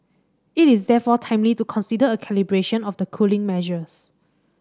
it is therefore timely to consider a calibration of the cooling measures